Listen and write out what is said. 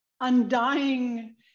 undying